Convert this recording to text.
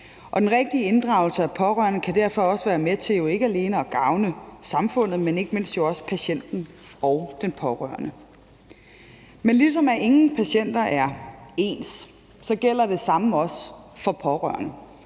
Den rigtige inddragelse af pårørende kan derfor også være med til ikke alene at gavne samfundet, men også patienten og den pårørende. Men ligesom ingen patienter er ens, gælder det samme for pårørende.